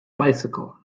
bicycle